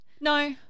No